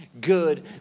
good